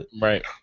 Right